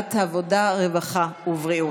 לוועדת העבודה, הרווחה והבריאות.